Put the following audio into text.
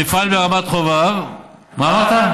המפעל ברמת חובב, מה אמרת?